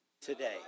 today